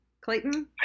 clayton